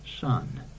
Son